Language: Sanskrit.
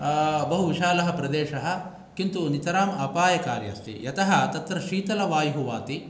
बहु विशाल प्रदेश किन्तु नितराम् अपायकारि अस्ति यत तत्र शीतलवायु वाति